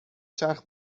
چرخ